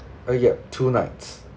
uh ya two nights